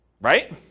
right